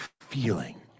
feeling